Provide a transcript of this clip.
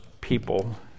people